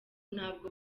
ntabwo